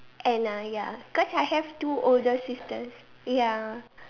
Anna ya because I have two older sisters ya